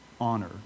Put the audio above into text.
honor